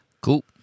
Cool